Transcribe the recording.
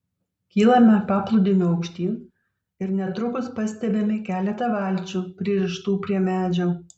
kylame paplūdimiu aukštyn ir netrukus pastebime keletą valčių pririštų prie medžio